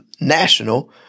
national